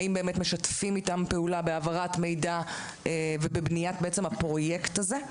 האם באמת משתפים איתם פעולה בהעברת מידע ובבניית הפרויקט הזה.